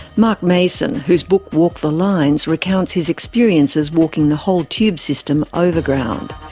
mark mason, whose book walk the lines recounts his experiences walking the whole tube system overground.